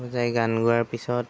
বজাই গান গোৱাৰ পিছত